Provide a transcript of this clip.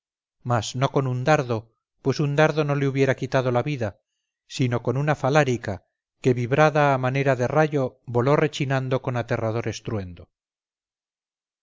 mas no con un dardo pues un dardo no le hubiera quitado la vida sino con una falárica que vibrada a manera de rayo voló rechinando con aterrador